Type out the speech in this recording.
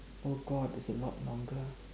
oh God it's a lot longer